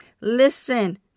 listen